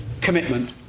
commitment